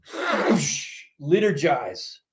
liturgize